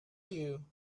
you